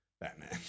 Batman